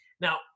Now